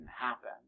happen